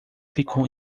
ficou